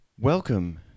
Welcome